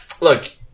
look